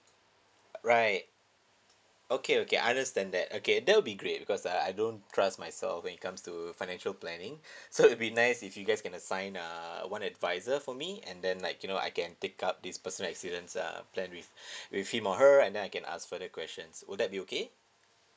right okay okay I understand that okay that would be great because uh I don't trust myself when it comes to financial planning so it'd be nice if you guys can assign uh one advisor for me and then like you know I can take up this personal accidents uh plan with with him or her and then I can ask for the questions would that be okay